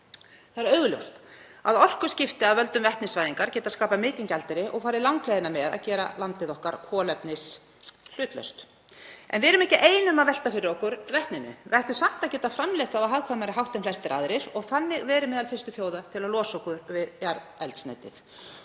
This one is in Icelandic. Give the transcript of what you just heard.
Það er augljóst að orkuskipti af völdum vetnisvæðingar geta skapað mikinn gjaldeyri og farið langleiðina með að gera landið okkar kolefnishlutlaust. En við erum ekki ein um að velta fyrir okkur vetninu. Við ættum samt að geta framleitt það á hagkvæmari hátt en flestir aðrir og þannig verið meðal fyrstu þjóða til að losa okkur við jarðefnaeldsneytið.